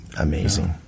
Amazing